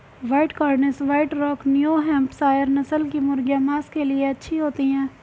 white Cornish, white rock, New Hampshire नस्ल की मुर्गियाँ माँस के लिए अच्छी होती हैं